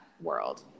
world